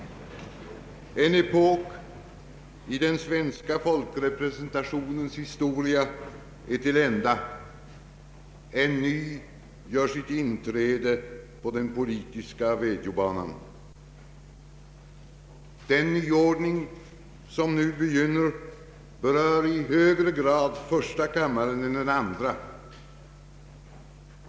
En epok i den svenska folkrepresentationens historia är till ända — en ny gör sitt inträde på den politiska vädjobanan. Den nyordning som nu begynner berör i högre grad första kammaren än den andra.